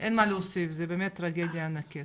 זו באמת טרגדיה ענקית.